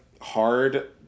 hard